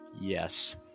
Yes